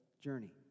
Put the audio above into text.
journey